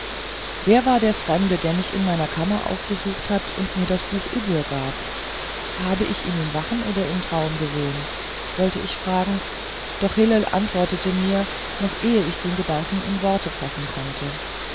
wer war der fremde der mich in meiner kammer aufgesucht hat und mir das buch ibbur gab habe ich ihn im wachen oder im traum gesehen wollte ich fragen doch hillel antwortete mir noch ehe ich den gedanken in worte fassen konnte